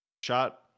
shot